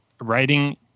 writing